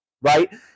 right